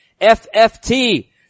FFT